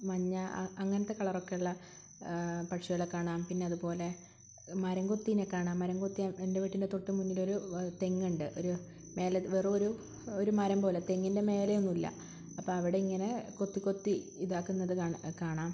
മഞ്ഞ അങ്ങനത്തെ കളറൊക്കെയുള്ള പക്ഷികളെ കാണാം പിന്നെ അതുപോലെ മരംകൊത്തീനെ കാണാം മരംകൊത്തിയേ എൻ്റെ വീട്ടിൻ്റെ തൊട്ട് മുന്നിലൊരു തെങ്ങുണ്ട് ഒരു മേലെ വെറൊരു ഒരു മരം പോലെ തേങ്ങിൻ്റെ മേലേ ഒന്നുമില്ല അപ്പോൾ അവിടെ ഇങ്ങനെ കൊത്തി കൊത്തി ഇതാകുന്നത് കാണാം കാണാം